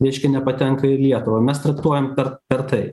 reiškia nepatenka ir į lietuvą mes traktuojam per per tai